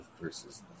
versus